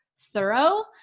thorough